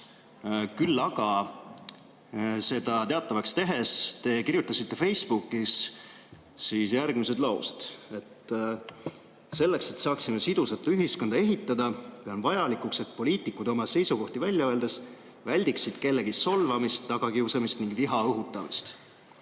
aga seda teatavaks tehes te kirjutasite Facebookis järgmised laused: "Selleks, et saaksime sidusat ühiskonda ehitada, pean vajalikuks, et poliitikud oma seisukohti välja öeldes väldiksid kellegi solvamist, tagakiusamist ning viha õhutamist.